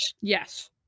Yes